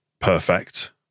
perfect